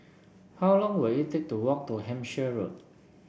how long will it take to walk to Hampshire Road